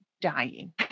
dying